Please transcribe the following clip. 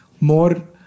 more